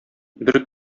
бер